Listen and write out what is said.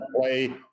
play